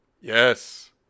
Yes